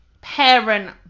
parent